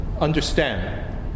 understand